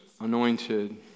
anointed